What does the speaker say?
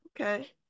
Okay